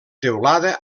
teulada